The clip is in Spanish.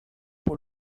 por